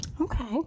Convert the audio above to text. Okay